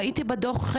ראיתי בדוח,